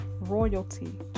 royalty